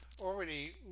already